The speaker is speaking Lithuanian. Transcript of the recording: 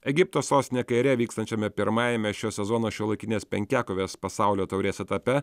egipto sostinėje kaire vykstančiame pirmajame šio sezono šiuolaikinės penkiakovės pasaulio taurės etape